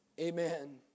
Amen